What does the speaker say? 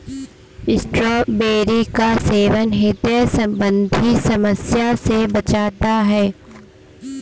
strawberry का सेवन ह्रदय संबंधी समस्या से बचाता है